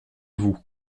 vous